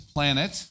Planet